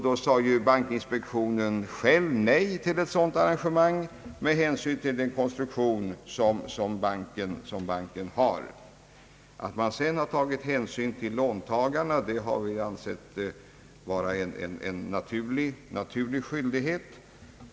Då sade bankinspektionen själv nej till ett sådant arrangemang med hänsyn till den konstruktion som banken har. Att man sedan har tagit hänsyn till låntagarna har vi ansett vara en naturlig skyldighet.